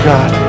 God